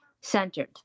centered